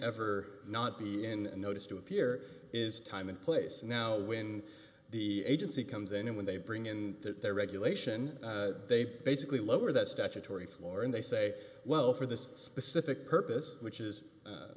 ever not be in notice to appear is time and place now when the agency comes in and when they bring in their regulation they basically lower that statutory floor and they say well for this specific purpose which is